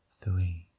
three